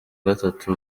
gatatu